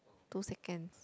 two seconds